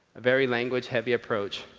a very language heavy approach